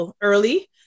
early